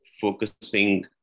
focusing